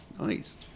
Nice